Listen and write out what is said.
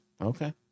Okay